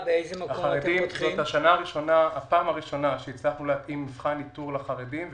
החרדים זאת הפעם הראשונה שהצלחנו להתאים מבחן איתור לחרדים,